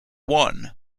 won